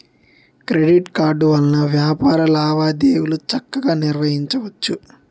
credit card వలన వ్యాపార లావాదేవీలు చక్కగా నిర్వహించవచ్చు